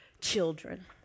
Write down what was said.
children